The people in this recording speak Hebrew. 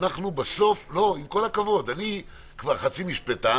עם כל הכבוד, אני כבר חצי משפטן